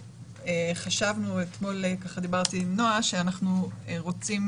חשבנו אתמול, דיברתי עם נועה, שאנחנו רוצים